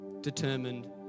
determined